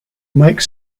mike